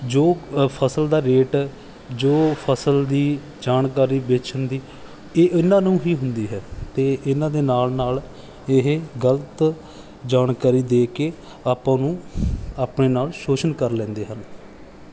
ਜੋ ਫਸਲ ਦਾ ਰੇਟ ਜੋ ਫਸਲ ਦੀ ਜਾਣਕਾਰੀ ਵੇਚਣ ਦੀ ਇਹ ਇਹਨਾਂ ਨੂੰ ਹੀ ਹੁੰਦੀ ਹੈ ਅਤੇ ਇਹਨਾਂ ਦੇ ਨਾਲ ਨਾਲ ਇਹ ਗਲਤ ਜਾਣਕਾਰੀ ਦੇ ਕੇ ਆਪਾਂ ਨੂੰ ਆਪਣੇ ਨਾਲ ਸ਼ੋਸ਼ਣ ਕਰ ਲੈਂਦੇ ਹਨ